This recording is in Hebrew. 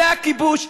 זה הכיבוש.